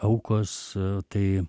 aukos tai